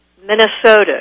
Minnesota